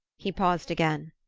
he paused again.